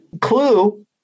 clue